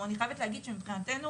אני חייבת להגיד שמבחינתנו,